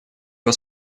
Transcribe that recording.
его